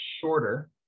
shorter